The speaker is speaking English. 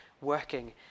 working